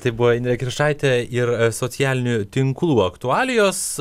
tai buvo indrė kiršaitė ir socialinių tinklų aktualijos